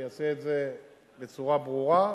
ואעשה את זה בצורה ברורה,